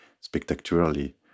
spectacularly